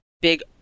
big